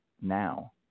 now